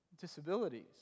disabilities